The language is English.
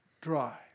dry